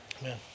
Amen